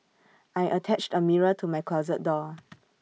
I attached A mirror to my closet door